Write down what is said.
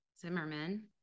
Zimmerman